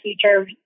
future